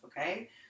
Okay